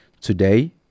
Today